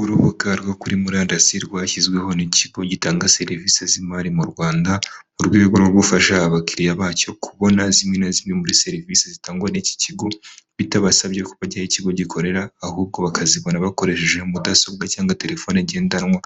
Urubuga rwo kuri murandasi rwashyizweho n'ikigo gitanga serivisi z'imari mu Rwanda, mu rwego rwo gufasha abakiriya bacyo kubona zimwe na zimwe muri serivisi zitangwa n'iki kigo bitabasabye ko bajya aho ikigo gikorera ahubwo bakazibona bakoresheje mudasobwa cyangwa terefone ngendanwa